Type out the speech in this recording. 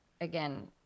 again